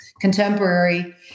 contemporary